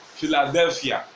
Philadelphia